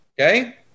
Okay